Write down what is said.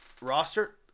roster